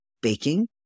baking